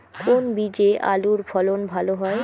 কোন বীজে আলুর ফলন ভালো হয়?